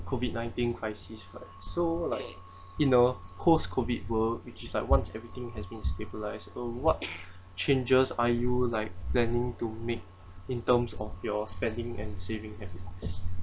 COVID nineteen crisis right so like in a post COVID world which is like once everything has been stabilized uh what changes are you like planning to make in terms of your spending and saving habits